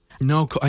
no